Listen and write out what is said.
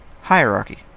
Hierarchy